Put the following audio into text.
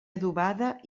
adobada